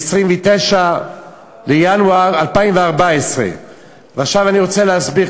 29 בינואר 2014. ועכשיו אני רוצה להסביר.